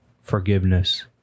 forgiveness